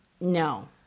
No